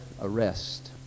arrest